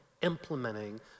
implementing